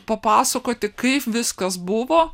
papasakoti kaip viskas buvo